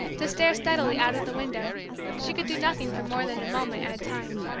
to stare steadily out of the window she could do nothing for more than a moment at a time.